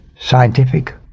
scientific